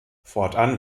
fortan